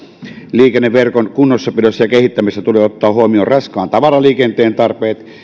liikenneverkon kunnossapidossa ja kehittämisessä tulee ottaa huomioon raskaan tavaraliikenteen tarpeet